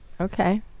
Okay